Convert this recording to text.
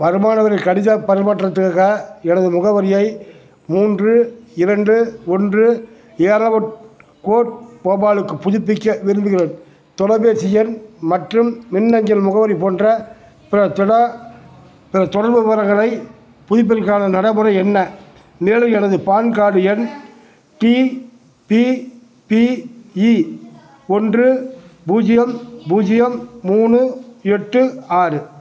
வருமானவரி கடிதப் பரிமாற்றத்திற்காக எனது முகவரியை மூன்று இரண்டு ஒன்று எலவுட் கோர்ட் போபாலுக்குப் புதுப்பிக்க விரும்புகிறேன் தொலைபேசி எண் மற்றும் மின்னஞ்சல் முகவரி போன்ற பிற தொட பிற தொடர்பு விவரங்களைப் புதுப்பிப்பதற்கான நடைமுறை என்ன மேலும் எனது பான் கார்டு எண் டி பி பி இ ஒன்று பூஜ்ஜியம் பூஜ்ஜியம் மூணு எட்டு ஆறு